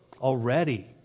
already